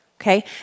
Okay